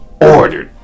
ordered